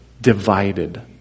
divided